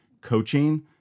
coaching